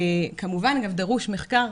כמובן גם דרוש מחקר,